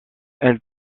elle